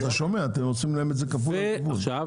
אבל אתה שומע, אתם עושים כפול לכיוון השני.